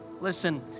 Listen